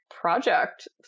project